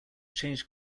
changed